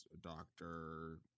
doctor